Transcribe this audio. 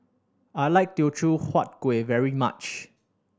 I like Teochew Huat Kueh very much